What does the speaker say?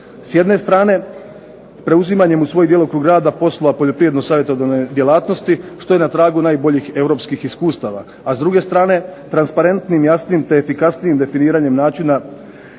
S jedne strane, preuzimanjem u svoj djelokrug rada poslova poljoprivredno savjetodavne djelatnosti što je na tragu najboljih europskih iskustava, a s druge strane jasnim, transparentnim, te efikasnijim definiranjem načina